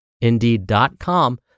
Indeed.com